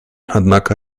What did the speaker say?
однако